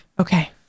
Okay